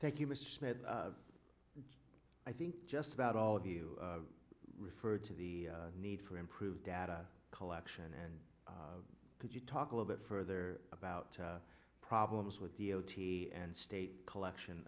thank you mr smith i think just about all of you referred to the need for improved data collection and could you talk a little bit further about the problems with the o t and state collection